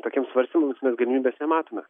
tokiems svarstymams mes galimybės nematome